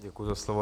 Děkuji za slovo.